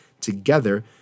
together